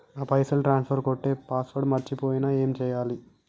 నా పైసల్ ట్రాన్స్ఫర్ కొట్టే పాస్వర్డ్ మర్చిపోయిన ఏం చేయాలి?